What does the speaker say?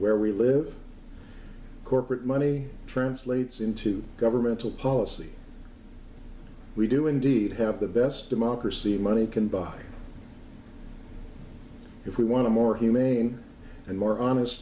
where we live corporate money translates into governmental policy we do indeed have the best democracy money can buy if we want to more humane and more honest